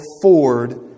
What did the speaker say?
afford